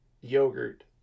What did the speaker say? yogurt